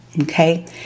Okay